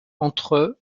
entre